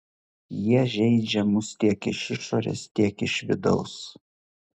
jie žeidžia mus tiek iš išorės tiek iš vidaus